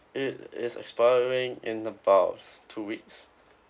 it is expiring in about two weeks